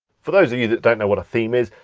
for those of you that don't know what a theme is,